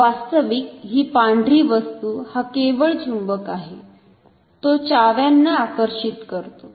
वास्तविक ही पांढरी वस्तु हा केवळ चुंबक आहे तो चाव्यांना आकर्षित करतो